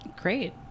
Great